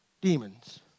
demons